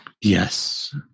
Yes